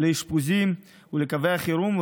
לאשפוזים ולקווי החירום,